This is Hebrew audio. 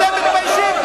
אתם לא מתביישים?